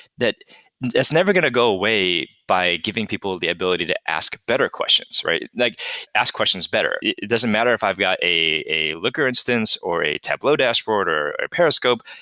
that it's never going to go away by giving people the ability to ask better questions. like ask questions better. it doesn't matter if i've got a a looker instance or a tableau dashboard or or periscope,